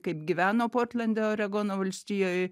kaip gyveno portlende oregono valstijoj